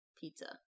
Pizza